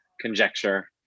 conjecture